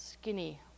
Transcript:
skinny